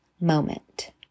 moment